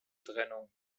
trennung